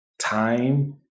time